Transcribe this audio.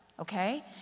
Okay